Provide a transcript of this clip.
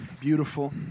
Beautiful